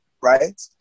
right